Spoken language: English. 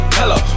hello